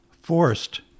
forced